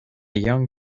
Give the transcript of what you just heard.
young